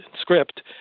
script